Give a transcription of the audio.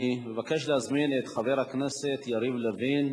אני מבקש להזמין את חבר הכנסת יריב לוין,